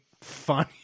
funny